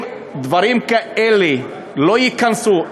אם דברים כאלה לא ייכנסו,